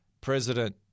President